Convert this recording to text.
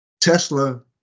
Tesla